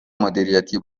مدیریتی